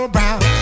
Brown